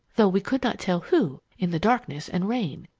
though we could not tell who, in the darkness and rain.